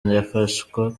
yafashwa